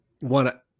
one